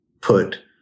put